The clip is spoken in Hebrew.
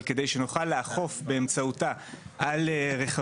אבל כדי שנוכל לאכוף באמצעותה על רכבים משופרים,